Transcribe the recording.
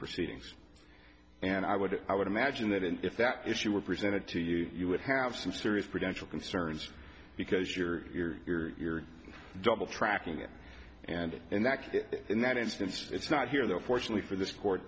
proceedings and i would i would imagine that if that issue were presented to you you would have some serious prevention concerns because you're you're you're you're double tracking it and and that in that instance it's not here though fortunately for this court